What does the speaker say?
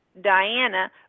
Diana